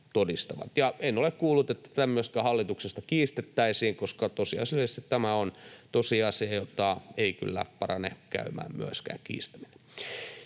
en ole kuullut, että tämmöistä hallituksesta kiistettäisiin, koska tosiasiallisesti tämä on tosiasia, jota ei kyllä käy myöskään kiistäminen.